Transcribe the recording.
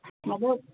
బాబు